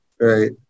Right